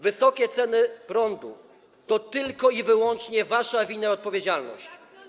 Wysokie ceny prądu to tylko i wyłącznie wasza wina i odpowiedzialność.